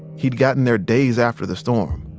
he'd gotten there days after the storm.